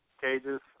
cages